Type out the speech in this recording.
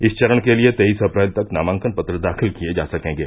इस चरण के लिये तेईस अप्रैल तक नामांकन पत्र दाखिल किये जा सकेंगे